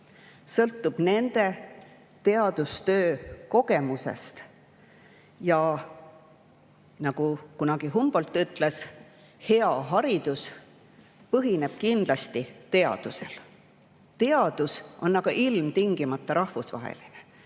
sõltub nende teadustöö kogemusest. Nagu kunagi Humboldt ütles, hea haridus põhineb kindlasti teadusel. Teadus on aga ilmtingimata rahvusvaheline.